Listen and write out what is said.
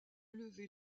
lever